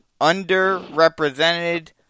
underrepresented